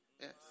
Yes